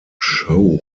show